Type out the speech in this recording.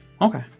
okay